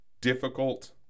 difficult